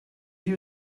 you